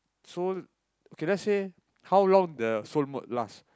soul can I say how long the soul mode last